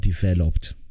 developed